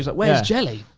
like where's jelly?